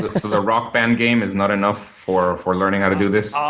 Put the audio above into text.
the rock band game is not enough for for learning how to do this? ah